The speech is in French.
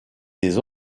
des